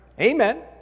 Amen